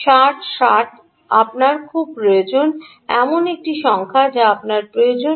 60 60 আপনার খুব প্রয়োজন এমন একটি সংখ্যা যা আপনার প্রয়োজন